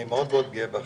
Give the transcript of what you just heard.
אני מאוד מאוד גאה בכם,